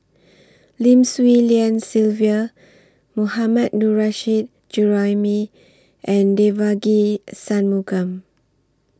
Lim Swee Lian Sylvia Mohammad Nurrasyid Juraimi and Devagi Sanmugam